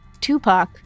Tupac